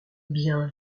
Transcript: bien